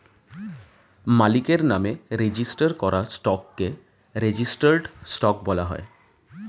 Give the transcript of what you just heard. মালিকের নামে রেজিস্টার করা স্টককে রেজিস্টার্ড স্টক বলা হয়